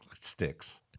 Sticks